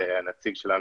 הנציג שלנו,